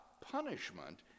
punishment